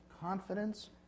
confidence